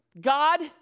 God